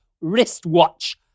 wristwatch